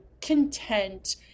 content